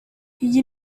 iyi